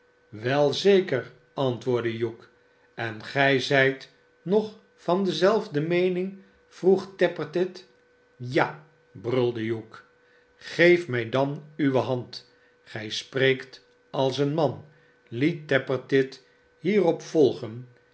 wel zeker antwoordde hugh en gij zijt nog van dezelfde meening vroeg tappertit j j igs barnaby rudge brulde hugh geef mij dan uwehand gij spreekt als een man liet tappertit hierop volgen